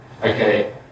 okay